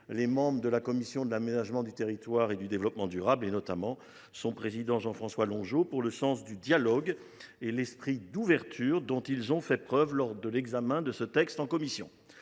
les membres de la commission de l’aménagement du territoire et du développement durable, notamment son président Jean François Longeot, du sens du dialogue et de l’esprit d’ouverture dont ils ont fait preuve lors de l’examen initial du texte.